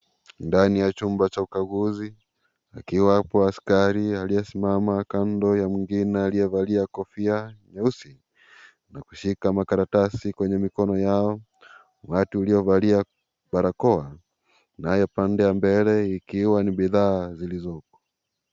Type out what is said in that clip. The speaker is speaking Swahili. Ndani ya chumba cha ukaguzi akiwa hapo askari aliyesimama kando ya mwingine aliyevalia kofia nyeusi na kushika makaratasi kwenye mikono yao. Watu waliovalia barakoa. Naye pande ya mbele ikiwa ni bidhaa zilizoko.